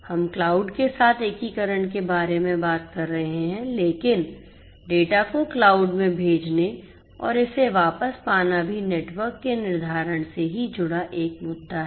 हम क्लाउड के साथ एकीकरण के बारे में बात कर रहे हैं लेकिन डेटा को क्लाउड में भेजने और इसे वापस पाना भी नेटवर्क के निर्धारण से ही जुड़ा एक मुद्दा है